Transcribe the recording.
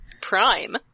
Prime